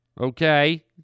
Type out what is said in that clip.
okay